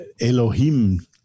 elohim